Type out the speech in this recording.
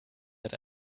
hat